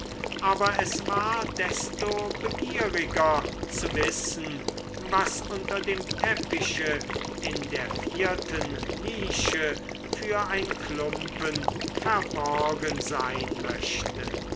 aber es war desto begieriger zu wissen was unter dem teppiche in der vierten nische für ein klumpen verborgen sein möchte